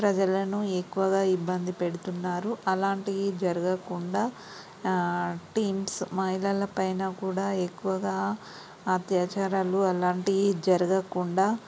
ప్రజలను ఎక్కువగా ఇబ్బంది పెడుతున్నారు అలాంటియి జరగకుండా టీమ్స్ మహిళల పైన కూడా ఎక్కువగా హత్యాచారాలు అలాంటియి జరగకుండా